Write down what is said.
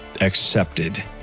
accepted